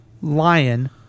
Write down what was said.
lion